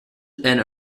and